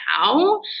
now